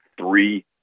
three